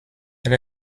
elle